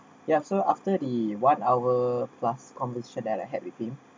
ya so after the one hour plus conversation that I had with him